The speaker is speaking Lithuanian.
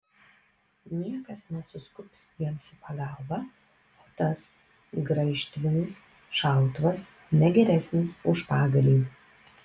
niekas nesuskubs jiems į pagalbą o tas graižtvinis šautuvas ne geresnis už pagalį